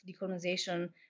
decolonization